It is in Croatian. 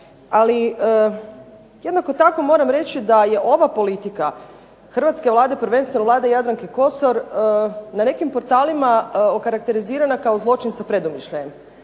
Ali jednako tako moram reći da je ova politika hrvatske Vlade, prvenstveno Vlade Jadranke Kosor na nekim portalima okarakterizirana kao zločin sa predumišljajem,